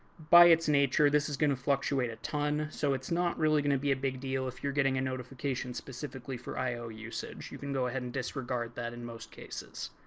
by its nature, this is going to fluctuate a ton. so it's not really going to be a big deal if you're getting a notification specifically for i o usage. you can go ahead and disregard that in most cases.